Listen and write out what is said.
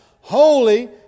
holy